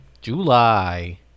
July